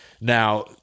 Now –